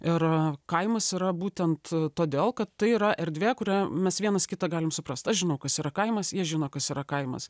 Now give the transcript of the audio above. ir kaimas yra būtent todėl kad tai yra erdvė kurią mes vienas kitą galim suprast aš žinau kas yra kaimas jie žino kas yra kaimas